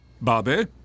Barbie